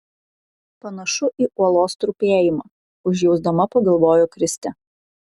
panašu į uolos trupėjimą užjausdama pagalvojo kristė